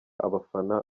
abafana